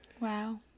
Wow